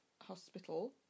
hospital